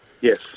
Yes